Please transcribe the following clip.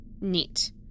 Neat